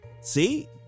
See